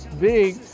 Big